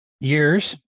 years